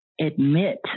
admit